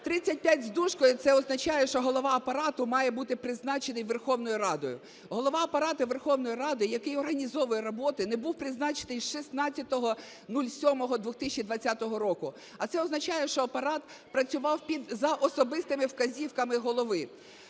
35 з дужкою – це означає, що голова Апарату має бути призначений Верховною Радою. Голова Апарату Верховної Ради, який організовує роботу, не був призначений з 16.07.2020 року. А це означає, що Апарат працював за особистими вказівками Голови.